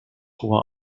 hohe